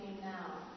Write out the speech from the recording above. now